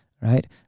Right